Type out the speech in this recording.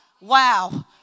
Wow